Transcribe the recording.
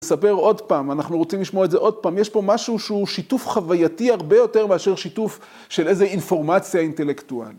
נספר עוד פעם, אנחנו רוצים לשמוע את זה עוד פעם, יש פה משהו שהוא שיתוף חווייתי הרבה יותר מאשר שיתוף של איזה אינפורמציה אינטלקטואלית.